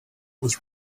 was